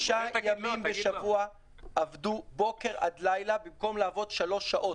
שישה ימים בשבוע עבדו בוקר עד לילה במקום לעבוד שלוש שעות.